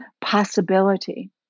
possibility